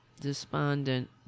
despondent